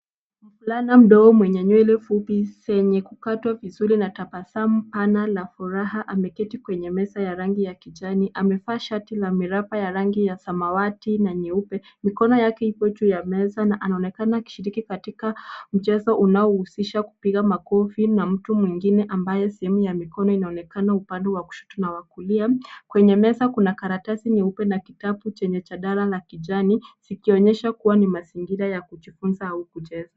Mvulana mdogo mwenye nywele fupi, zenye kukatwa vizuri na tabasamu pana la furaha, ameketi kwenye meza ya rangi ya kijani. Amevaa shati la miraba ya rangi ya samawati na nyeupe. Mkono wake upo juu ya meza na anaonekana akishiriki katika mchezo unaohusisha kupiga makofi na mtu mwingine ambaye sehemu ya mkono wake inaonekana upande wa kushoto na wa kulia. Kwenye meza kuna karatasi nyeupe na kitabu chenye jalada la kijani, vikionyesha kuwa ni mazingira ya kujifunza au kucheza.